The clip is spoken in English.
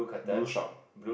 blue shop